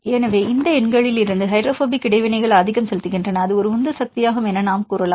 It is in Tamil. எனவே இந்த எண்களிலிருந்து ஹைட்ரோபோபிக் இடைவினைகள் ஆதிக்கம் செலுத்துகின்றன அது ஒரு உந்துசக்தியாகும் என நாம் கூறலாம்